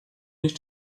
nicht